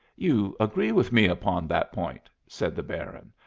you agree with me upon that point? said the baron.